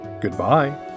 Goodbye